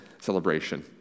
celebration